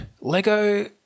Lego